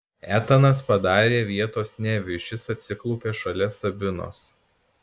etanas padarė vietos neviui šis atsiklaupė šalia sabinos